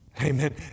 Amen